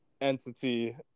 Entity